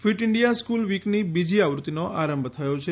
fit India school વીકની બીજી આવૃત્તિનો આરંભ થયો છે